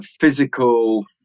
physical